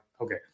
okay